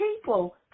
people